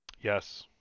Yes